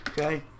okay